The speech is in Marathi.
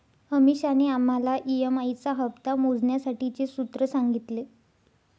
अमीषाने आम्हाला ई.एम.आई चा हप्ता मोजण्यासाठीचे सूत्र सांगितले